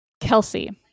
Kelsey